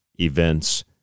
events